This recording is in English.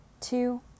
two